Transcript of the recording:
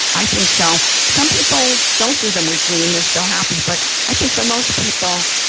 i think so. some people don't do them weekly, and they're still happy. but i think for most people,